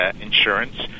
insurance